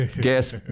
guess